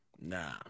Nah